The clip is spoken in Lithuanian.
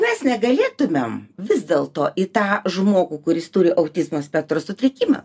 mes negalėtumėm vis dėl to į tą žmogų kuris turi autizmo spektro sutrikimą